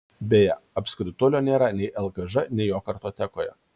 beje apskritulio nėra nei lkž nei jo kartotekoje